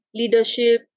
leadership